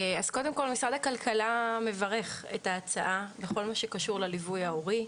משרד הכלכלה מברך על ההצעה בכל מה שקשור לליווי ההורי.